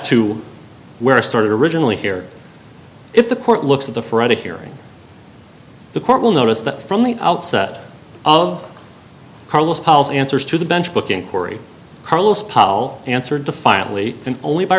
to where i started originally here if the court looks at the friday hearing the court will notice that from the outset of carlos paul's answers to the bench booking corey carlos paul answered defiantly and only by